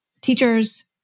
Teachers